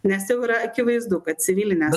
nes jau yra akivaizdu kad civilinės